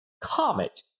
Comet